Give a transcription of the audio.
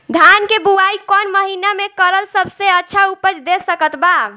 धान के बुआई कौन महीना मे करल सबसे अच्छा उपज दे सकत बा?